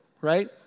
right